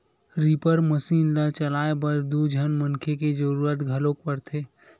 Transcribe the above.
reaper machine ल चलाए बर दू झन मनखे के जरूरत घलोक परथे